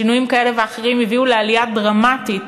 שינויים כאלה ואחרים הביאו לעלייה דרמטית